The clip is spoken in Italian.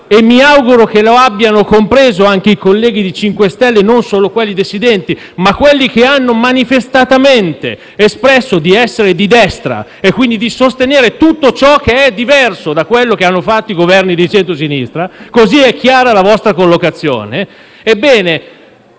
e mi auguro che lo abbiano compreso i colleghi del MoVimento 5 Stelle, non solo quelli dissidenti, ma anche coloro che hanno manifestamente espresso di essere di destra e quindi di sostenere tutto ciò che è diverso da quello che hanno fatto i Governi di centrosinistra (così è chiara la vostra collocazione)